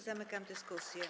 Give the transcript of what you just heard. Zamykam dyskusję.